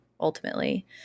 ultimately